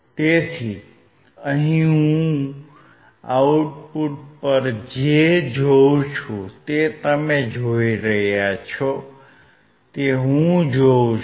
તેથી અહિ હું આઉટપુટ પર જે જોઉં છું તે તમે જુઓ છો તે હું જોઉં છું